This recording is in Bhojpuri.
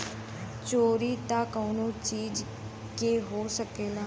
चोरी त कउनो चीज के हो सकला